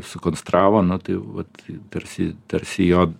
sukonstravo nu tai vat tarsi tarsi jo